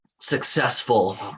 successful